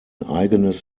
eigenes